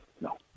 no